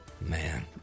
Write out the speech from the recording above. Man